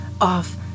off